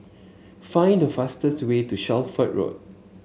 find the fastest way to Shelford Road